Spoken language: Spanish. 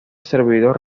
servidor